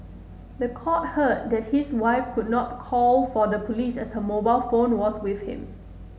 the court heard that his wife could not call for the police as her mobile phone was with him